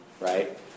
Right